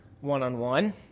one-on-one